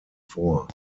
vor